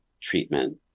treatment